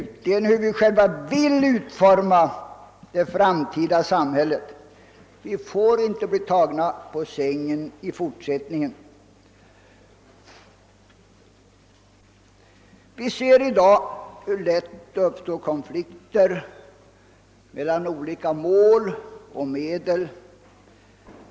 Vi bör även göra klart för oss hur vi själva vill utforma det framtida samhället. Vi får inte bli tagna på sängen i fortsättningen. Vi ser i dag hur lätt det uppstår konflikter mellan olika mål och medel.